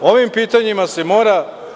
Ovim pitanjima se mora…